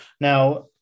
Now